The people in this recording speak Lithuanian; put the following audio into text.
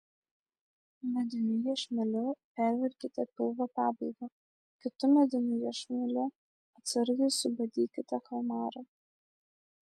mediniu iešmeliu perverkite pilvo pabaigą kitu mediniu iešmeliu atsargiai subadykite kalmarą